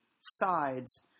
sides